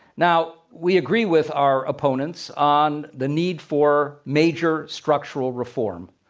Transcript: now, we agree with our opponents on the need for major structural reform.